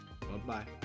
Bye-bye